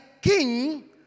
king